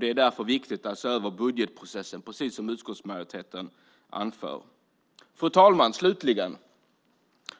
Det är därför viktigt att se över budgetprocessen, precis som utskottsmajoriteten anför. Fru talman!